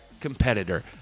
competitor